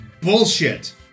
Bullshit